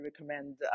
recommend